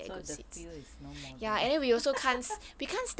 so the feel is no more al~